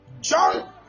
John